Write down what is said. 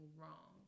wrong